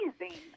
amazing